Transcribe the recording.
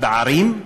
הפערים,